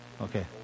Okay